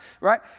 Right